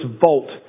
vault